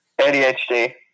ADHD